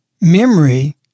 memory